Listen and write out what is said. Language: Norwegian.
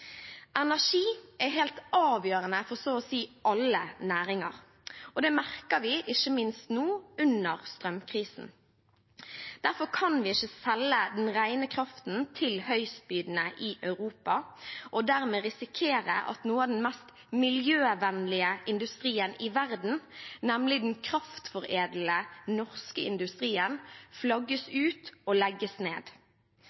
Energi er helt avgjørende for så å si alle næringer, og det merker vi ikke minst nå, under strømkrisen. Derfor kan vi ikke selge den rene kraften til høystbydende i Europa og dermed risikere at noe av den mest miljøvennlige industrien i verden, nemlig den kraftforedlende norske industrien, flagges